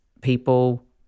people